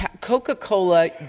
Coca-Cola